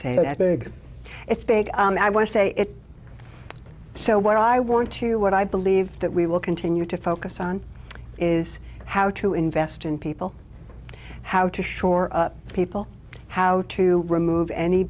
say that big it's big and i want to say it so what i want to do what i believe that we will continue to focus on is how to invest in people how to shore up people how to remove any